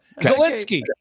Zelensky